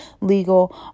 legal